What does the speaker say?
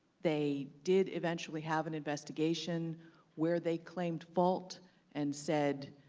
they did eventually have an investigation where they claimed fault and said,